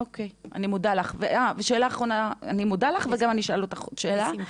אוקיי, אני מודה לך, וגם אני אשאל אותך עוד שאלה.